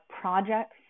projects